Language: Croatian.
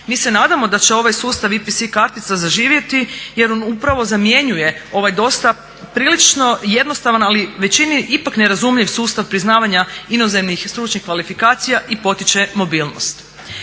Mi se nadamo da će ovaj sustav IPC kartica zaživjeti jer on upravo zamjenjuje ovaj dosta prilično jednostavan ali većini ipak nerazumljiv sustav priznavanja inozemnih stručnih kvalifikacija i potiče mobilnost.